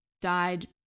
died